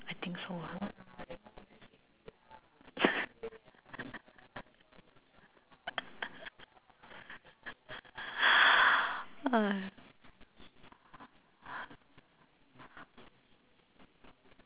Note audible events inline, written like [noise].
I think so ah [laughs]